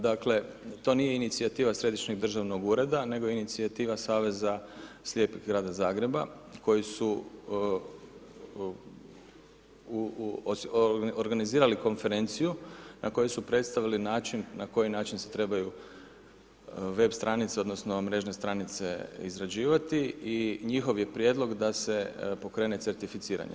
Dakle, to nije inicijativa središnjeg državnog ureda, nego je inicijativa Saveza slijepih grada Zagreba koji su organizirali konferenciju na kojoj su predstavili način, na koji način se trebaju web stranice odnosno mrežne stranice izrađivati i njihov je prijedlog da se pokrene certificiranje.